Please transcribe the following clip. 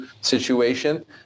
situation